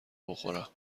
بخورم